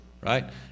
Right